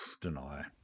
Deny